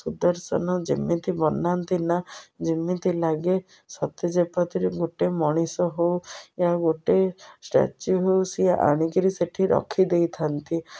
ସୁଦର୍ଶନ ଯେମିତି ବନାନ୍ତି ନା ଯେମିତି ଲାଗେ ସତେଯେମିତିରେ ଗୋଟେ ମଣିଷ ହଉ ୟ ଗୋଟେ ଷ୍ଟାଚୁ ହଉ ସିଏ ଆଣିକିରି ସେଠି ରଖିଦେଇଥାନ୍ତି